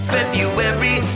February